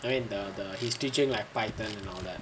I mean the the he's teaching like python and all that